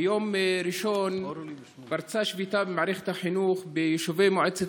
ביום ראשון פרצה שביתה במערכת החינוך ביישובי מועצת